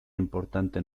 importante